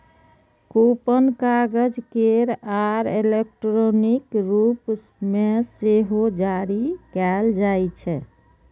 coupon कागज केर आ इलेक्ट्रॉनिक रूप मे सेहो जारी कैल जाइ छै